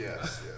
yes